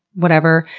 whatever.